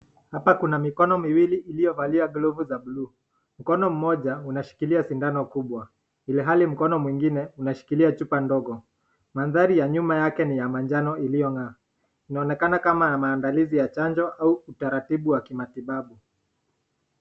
hapa kuna mikono miwili iliyovalia glovu za buluu, mkono moja unashikilia shindano kubwa, ilihali mkono mwingine imeshikilia chupa ndongo madhari ya nyuma yake ni ya manjano iliyo ngaa inaonekana kama maandalizi ya chanjo au utaratibu wa kimatibabu.